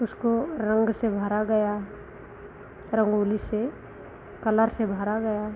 उसको रंग से भरा गया रंगोली से कलर से भरा गया